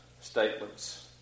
statements